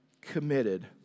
committed